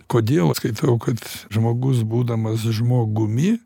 kodėl skaitau kad žmogus būdamas žmogumi